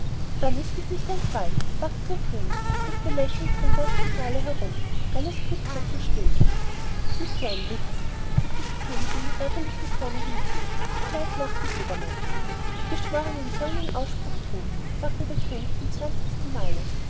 dann ist dies nicht dein fall sagte der könig und blickte lächelnd in dem ganzen saale herum alles blieb todtenstill s ist ja n witz fügte der könig in ärgerlichem tone hinzu sogleich lachte jedermann die geschwornen sollen ihren ausspruch thun sagte der könig wohl zum zwanzigsten male